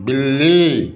बिल्ली